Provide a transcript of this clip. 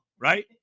right